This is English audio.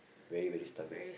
very very stubborn